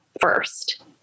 first